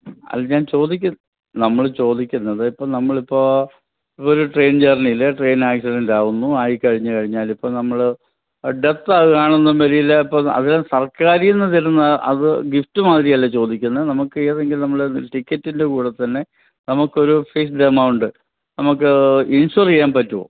അത് ഞാൻ ചോദിക്ക് നമ്മൾ ചോദിക്കുന്നത് ഇപ്പം നമ്മളിപ്പോൾ ഒരു ട്രെയിൻ ജേർണിയിൽ ട്രെയിനാക്സിഡൻറ്റാവുന്നു ആയി കഴിഞ്ഞ് കഴിഞ്ഞാലിപ്പം നമ്മൾ ഡെത്താക്വാണെണ്ടെങ്കിൽ ഇപ്പം അത് സർക്കാരീന്ന് തരുന്ന അത് ഗിഫ്റ്റ് മാതിരിയല്ല ചോദിക്കുന്നത് നമുക്ക് ഏതെങ്കിലും നമ്മൾ ടിക്കറ്റിൻ്റെ കൂടെ തന്നെ നമുക്കൊരു ഫിക്സഡ് എമൗണ്ട് നമുക്ക് ഇൻഷോർ ചെയ്യാൻ പറ്റോ